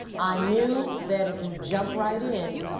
i knew that if you jump right in,